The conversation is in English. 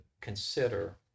consider